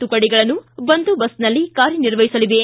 ತುಕಡಿಗಳು ಬಂದೋಬಸ್ತ್ನಲ್ಲಿ ಕಾರ್ಯನಿರ್ವಹಿಸಲಿವೆ